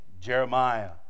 Jeremiah